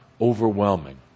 overwhelming